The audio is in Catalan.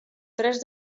tres